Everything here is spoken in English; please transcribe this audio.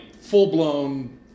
full-blown